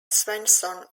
swanson